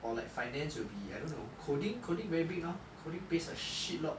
or like finance will be I don't know coding coding very big now coding pays a shit lot